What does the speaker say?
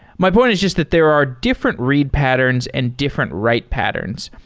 my point is just that there are different read patterns and different write patterns,